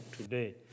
today